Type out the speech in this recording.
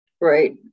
Right